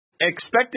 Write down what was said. Expected